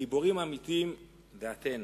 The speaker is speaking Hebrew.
הגיבורים האמיתיים הם אתן.